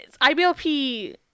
IBLP